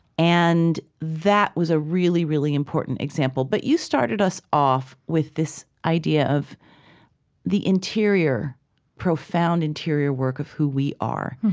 and that was a really, really important example but you started us off with this idea of the interior, the profound interior work of who we are.